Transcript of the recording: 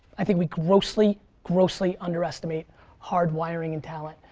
i think we grossly, grossly underestimate hard wiring and talent.